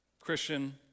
Christian